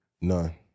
None